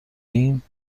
ایم